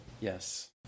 Yes